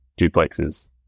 duplexes